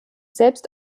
selbst